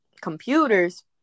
computers